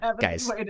guys